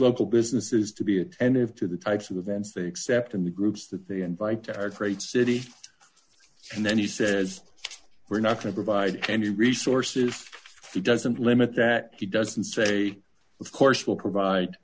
local businesses to be attentive to the types of events they accept and the groups that they invite to our great city and then he says we're not provide any resources he doesn't limit that he doesn't say of course we'll provide